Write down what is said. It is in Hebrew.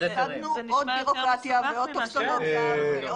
הפסדנו עוד בירוקרטיה ועוד הכול.